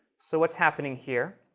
so what's happening here?